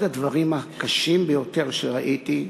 אחד הדברים הקשים ביותר שראיתי,